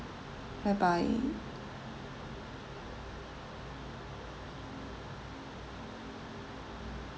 bye bye